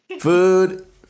food